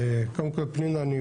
קודם כל פנינה,